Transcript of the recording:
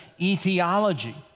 etiology